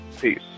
Peace